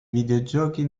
videogiochi